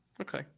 Okay